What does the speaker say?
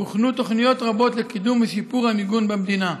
הוכנו תוכניות רבות לקידום ושיפור של המיגון במדינה.